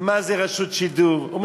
מה זה רשות שידור, אתה מדבר עלי?